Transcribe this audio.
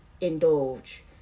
indulge